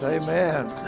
Amen